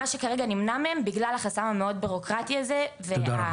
מה שכרגע נמנע מהם בגלל החסם המאוד ביורוקרטי הזה והמיותר.